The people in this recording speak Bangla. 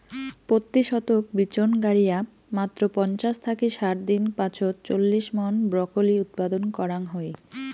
পত্যি শতক বিচন গাড়িয়া মাত্র পঞ্চাশ থাকি ষাট দিন পাছত চল্লিশ মন ব্রকলি উৎপাদন করাং হই